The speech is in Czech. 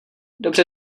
dobře